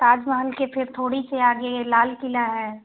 ताज महल के फिर थोड़े से आगे लाल क़िला है